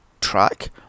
track